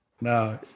No